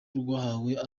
rwahawe